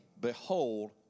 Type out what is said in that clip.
Behold